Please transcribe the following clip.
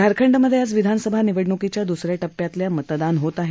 झारखंडमध्ये आज विधानसभा निवडणुकीच्या दुसऱ्या टप्प्यातील मतदान होत आहे